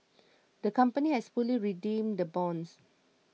the company has fully redeemed the bonds